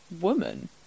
woman